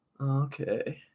Okay